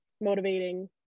motivating